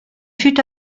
fut